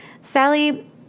Sally